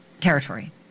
territory